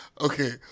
Okay